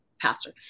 pastor